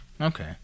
Okay